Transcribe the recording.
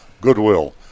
goodwill